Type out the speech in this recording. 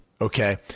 okay